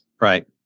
Right